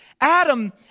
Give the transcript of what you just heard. Adam